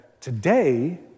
today